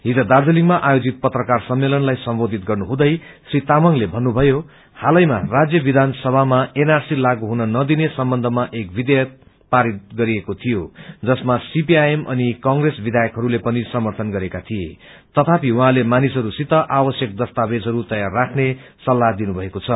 हिज दार्जीलिङमा आयोजित पत्रकाार सम्मेलनलाई सम्बोधित गर्नुहुँदै श्री तामंगले भन्नुभयो हालैमा राज्य विधानसभामा एनआरसी लागू हुन नदिने सम्बन्धमा एक विधेयक पारित गरिएको थियो जसमा सीपीआईएम अनि कंग्रेस विधायकहरूले पनि समर्थन गरेका थिए तथापि उहाँले मानिसहरूसित आवश्यक दस्तावेजहरू तैयार राख्ने सल्लाह दिनुभएको छ